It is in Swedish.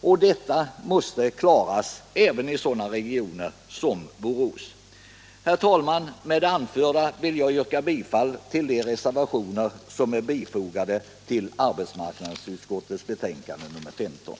Detta problem måste lösas även i sådana regioner som Borås. Herr talman! Med det anförda vill jag yrka bifall till de reservationer som är fogade vid arbetsmarknadsutskottets betänkande nr 15.